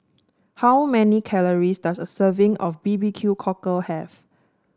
how many calories does a serving of B B Q Cockle have